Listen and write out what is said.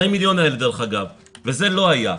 מתוך 40 מיליון האלה, דרך אגב, וזה לא היה.